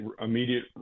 immediate